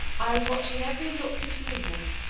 i was watching every look and movement,